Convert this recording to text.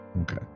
Okay